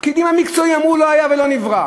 הפקידים המקצועיים אמרו: לא היה ולא נברא,